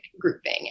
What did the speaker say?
grouping